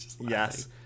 Yes